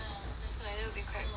ya that will be quite cool